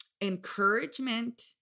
encouragement